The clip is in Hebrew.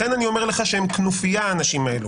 לכן אני אומר לך שהם כנופיה, האנשים האלה.